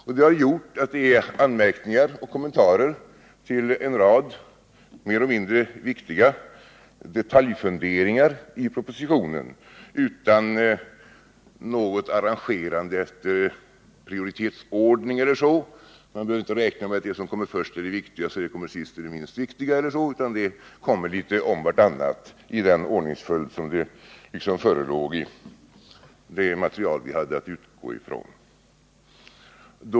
Detta har gjort att det finns anmärkningar och kommentarer till en rad mer eller mindre viktiga detaljfunderingar i propositionen utan något arrangerande efter prioritetsordning — man behöver inte räkna med att det som kommer först är det viktigaste och det som kommer sist är det minst viktiga, utan frågorna tas upp i samma ordningsföljd som i det material som vi hade att utgå från.